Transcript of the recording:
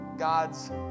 God's